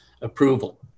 approval